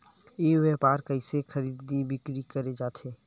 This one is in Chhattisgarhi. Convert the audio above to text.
ई व्यापार म कइसे खरीदी बिक्री करे जाथे?